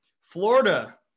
Florida